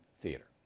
theater